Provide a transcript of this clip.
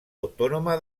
autònoma